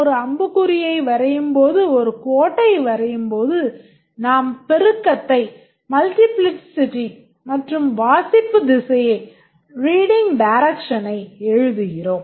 ஒரு கோட்டை எழுதுகிறோம்